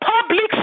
public